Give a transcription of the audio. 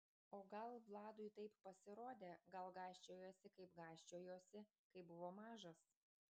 o gal vladui taip pasirodė gal gąsčiojasi kaip gąsčiojosi kai buvo mažas